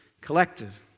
collective